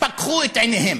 פקחו את עיניהם.